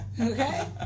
Okay